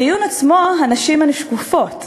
בדיון עצמו הנשים הן שקופות,